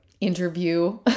interview